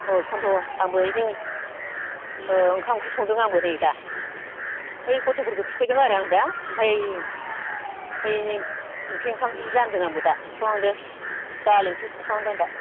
औ बेखौन्थ' आंबो ओरैनो ओ ओंखाम ओंख्रि संदों आबो नै दा ओइ गथ'फोरखौ थुखैदों आरो आं दा आमफ्राय आमफ्राय नै ओंख्रि ओंखाम जानदों आंबो दासो संहांदों दालि ओंख्रिसो संहांदों आं दा